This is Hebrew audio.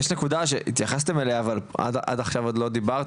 יש נקודה שהתייחסתם אליה אבל עד עכשיו לא דיברת